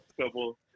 couple